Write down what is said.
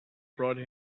brought